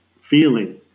feeling